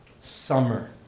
summer